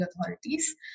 authorities